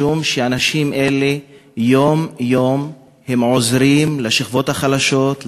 משום שאנשים אלה יום-יום עוזרים לשכבות החלשות,